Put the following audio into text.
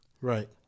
Right